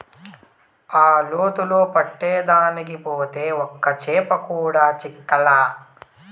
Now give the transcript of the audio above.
ఆ లోతులో పట్టేదానికి పోతే ఒక్క చేప కూడా చిక్కలా